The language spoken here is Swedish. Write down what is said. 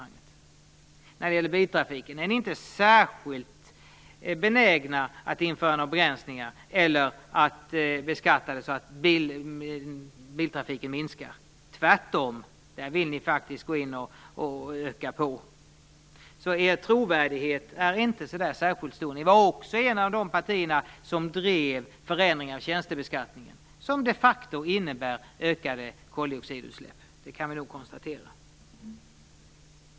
Ni är inte särskilt benägna att införa några begränsningar eller beskattning så att biltrafiken minskar. Tvärtom vill ni gå in och öka på. Er trovärdighet är alltså inte särskilt stor. Moderaterna var också ett av de partier som drev förändringen av tjänstebilsbeskattningen, som de facto innebär ökade koldioxidutsläpp. Det kan vi nog konstatera.